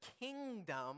kingdom